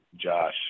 Josh